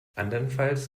andernfalls